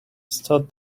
start